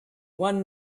one